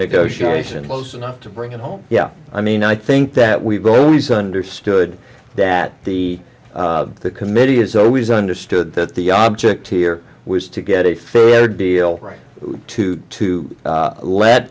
negotiation close enough to bring it home yeah i mean i think that we've always understood that the committee has always understood that the object here was to get a fair deal right to to